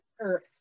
earth